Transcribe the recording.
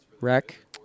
wreck